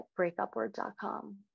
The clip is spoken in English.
breakupword.com